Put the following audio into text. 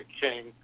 King